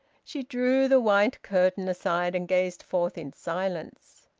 she drew the white curtain aside, and gazed forth in silence.